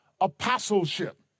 apostleship